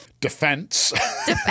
defense